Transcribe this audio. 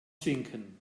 sinken